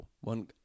one